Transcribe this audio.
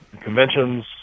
Conventions